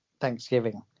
Thanksgiving